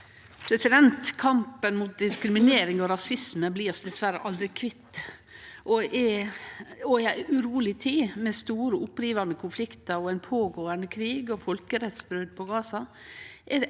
Kampen mot diskriminering og rasisme blir vi dessverre aldri kvitt, og i ei uroleg tid – med store, opprivande konfliktar, ein pågåande krig og folkerettsbrot i Gaza